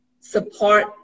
support